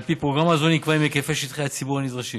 על פי פרוגרמה זו נקבעים היקפי שטחי הציבור הנדרשים